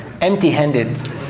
empty-handed